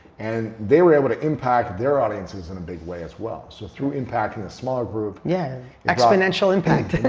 and they were able to impact their audiences in a big way as well. so through impacting a smaller group. yeah, exponential impact.